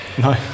No